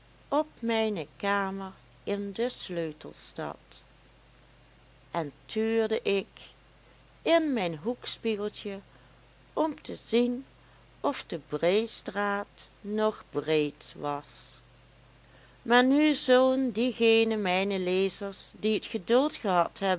op mijne kamer in de sleutelstad en tuurde ik in mijn hoekspiegeltje om te zien of de breestraat nog breed was maar nu zullen diegene mijner lezers die het geduld gehad hebben